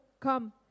come